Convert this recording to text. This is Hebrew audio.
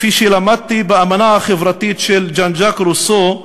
כפי שלמדתי באמנה החברתית של ז'אן ז'אק רוסו,